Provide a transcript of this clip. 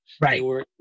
Right